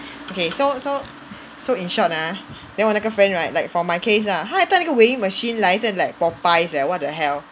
okay so so so in short ah then 我那个 friend right like for my case ah 她还带那个 weighing machine 来在 like Popeyes eh what the hell